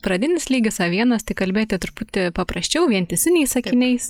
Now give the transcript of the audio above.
pradinis lygis a vienas tai kalbėti truputį paprasčiau vientisiniais sakiniais